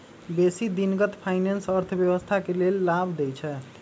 बेशी दिनगत फाइनेंस अर्थव्यवस्था के लेल लाभ देइ छै